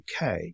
UK